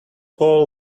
whole